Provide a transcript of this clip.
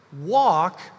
walk